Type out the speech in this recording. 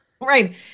Right